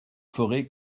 ferez